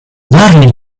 darling